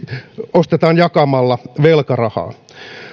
ostetaan jakamalla velkarahaa